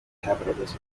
capitalism